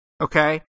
Okay